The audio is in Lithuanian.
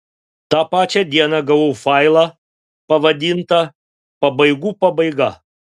tą pačią dieną gavau failą pavadintą pabaigų pabaiga